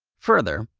further,